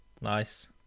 Nice